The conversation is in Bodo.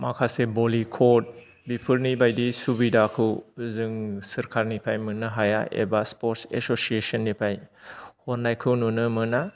माखासे भलि कर्ट बिफोरनि बायदि सुबिदाखौ जों सोरखारनिफ्राय मोननो हाया एबा स्पर्ट्स एससियेसननिफ्राय मोननायखौ नुनो मोना